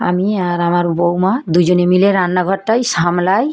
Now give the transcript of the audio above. আমি আর আমার বউমা দুজনে মিলে রান্নাঘরটাই সামলাই